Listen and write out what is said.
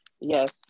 yes